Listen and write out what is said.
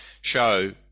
show